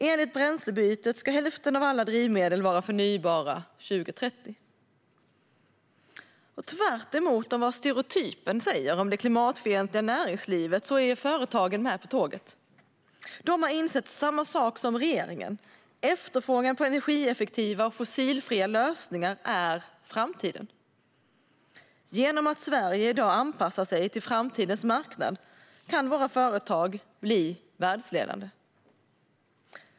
Enligt Bränslebytet ska hälften av alla drivmedel vara förnybara 2030. Och tvärtemot stereotypen av det klimatfientliga näringslivet är företagen med på tåget. De har insett samma sak som regeringen, att efterfrågan på energieffektiva och fossilfria lösningar är framtiden. Genom att Sverige i dag anpassar sig till framtidens marknad kan våra företag bli världsledande.